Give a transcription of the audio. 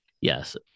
yes